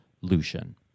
Lucian